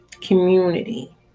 community